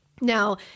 Now